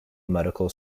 medical